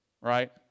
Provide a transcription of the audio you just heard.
Right